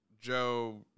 Joe